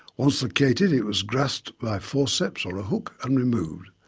once located it was grasped by forceps or a hook and removed.